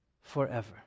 forever